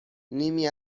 نیمی